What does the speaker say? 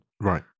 right